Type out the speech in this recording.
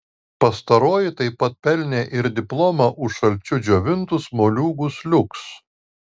pastaroji taip pat pelnė ir diplomą už šalčiu džiovintus moliūgus liuks